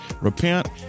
repent